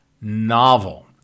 novel